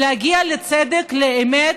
להגיע לצדק, לאמת,